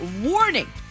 warning